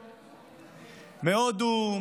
מהודו,